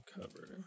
cover